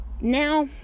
Now